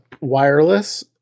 wireless